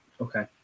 Okay